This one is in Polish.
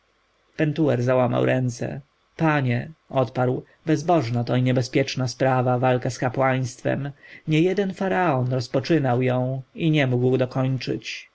pentuer załamał ręce panie odparł bezbożna to i niebezpieczna sprawa walka z kapłaństwem niejeden faraon rozpoczynał ją i nie mógł dokończyć